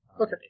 Okay